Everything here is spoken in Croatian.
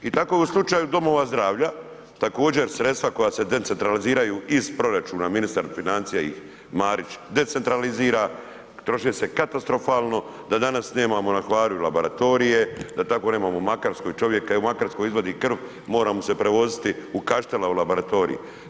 I tako je u slučaju domova zdravlja, također sredstva koja se decentraliziraju iz proračuna, ministar financija ih Marić decentralizira, troše se katastrofalno da danas nemamo na Hvaru laboratorije, da tako nemamo u Makarskoj čovjeka, evo u Makarskoj izvadi krvi, mora mu se prevoziti u Kaštele u laboratorij.